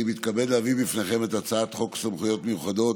אני מתכבד להביא לפניכם את הצעת חוק סמכויות מיוחדות